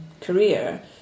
career